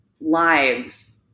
lives